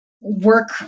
work